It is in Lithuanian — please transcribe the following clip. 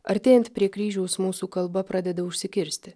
artėjant prie kryžiaus mūsų kalba pradeda užsikirsti